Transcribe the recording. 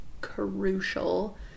crucial